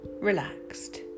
relaxed